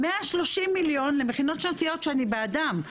130 מיליון למכינות שנתיות שאני בעדן,